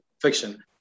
fiction